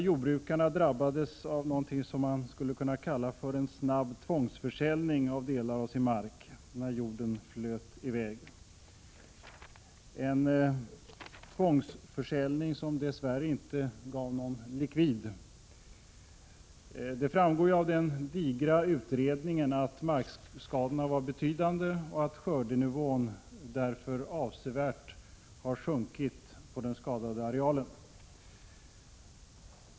Jordbrukarna där drabbades av något som man skulle kunna kalla för en snabb tvångsförsäljning av delar av marken när jorden flöt i väg — en tvångsförsäljning som dess värre inte gav någon likvid. Det framgår av den digra utredning som gjorts att markskadorna var betydande och att skördenivån därför avsevärt sjunkit på den skadade arealen.